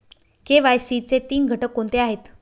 KYC चे तीन घटक कोणते आहेत?